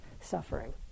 suffering